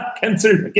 cancelled